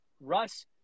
Russ